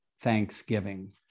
thanksgiving